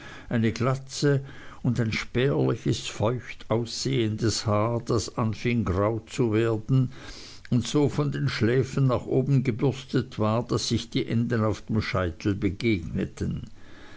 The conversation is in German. eine glatze und spärliches feucht aussehendes haar das anfing grau zu werden und so von den schläfen nach oben gebürstet war daß sich die enden auf dem scheitel begegneten